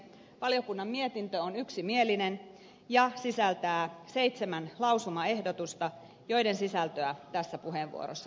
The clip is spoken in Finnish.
valiokunnan mietintö on yksimielinen ja sisältää seitsemän lausumaehdotusta joiden sisältöä tässä puheenvuorossa